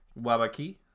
Wabaki